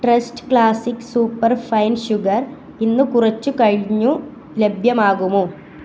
trust classic super fine sugar ഇന്ന് കുറച്ചു കഴിഞ്ഞു ലഭ്യമാകുമോ